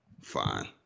Fine